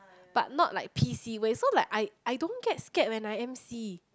but not like P_C way so like I I don't get scared when I M_C